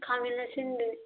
ꯈꯥꯃꯦꯟ ꯑꯁꯤꯟꯕꯤ